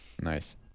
Nice